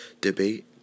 debate